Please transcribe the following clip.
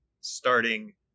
starting